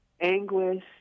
anguish